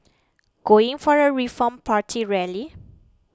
going for a Reform Party rally